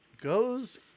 goes